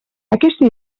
aquesta